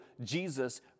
Jesus